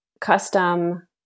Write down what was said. custom